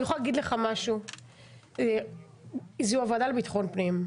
זו הוועדה לביטחון פנים,